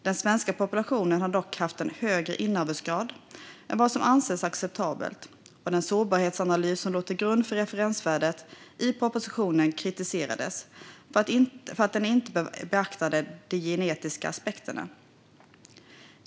Den svenska populationen har dock haft en högre inavelsgrad än vad som anses acceptabelt, och den sårbarhetsanalys som låg till grund för referensvärdet i propositionen kritiserades för att den inte beaktade de genetiska aspekterna.